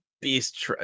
beast